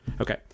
Okay